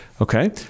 okay